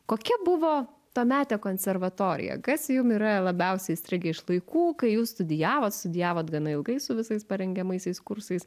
kokia buvo tuometė konservatorija kas jum yra labiausiai įstrigę iš laikų kai jūs studijavot studijavot gana ilgai su visais parengiamaisiais kursais